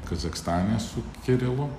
kazachstane su kirilu